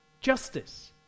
Justice